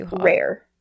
rare